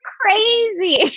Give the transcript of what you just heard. crazy